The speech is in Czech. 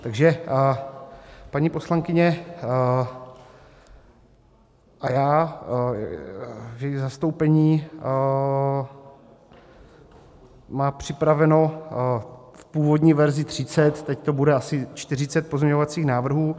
Takže paní poslankyně a já v jejím zastoupení má připraveno v původní verzi třicet, teď to bude asi čtyřicet pozměňovacích návrhů.